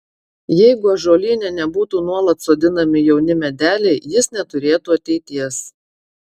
jeigu ąžuolyne nebūtų nuolat sodinami jauni medeliai jis neturėtų ateities